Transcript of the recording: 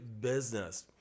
business